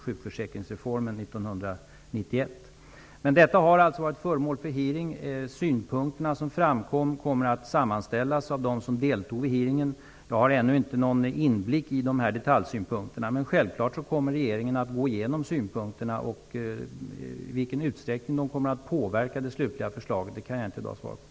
De synpunkter som framkom vid hearingen kommer att sammanställas av dem som deltog i hearingen. Jag har ännu inte någon inblick i detaljsynpunkterna. Men självklart kommer regeringen att gå igenom synpunkterna. I vilken utsträckning de kommer att påverka det slutliga förslaget kan jag i dag inte svara på.